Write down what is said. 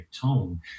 tone